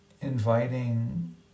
inviting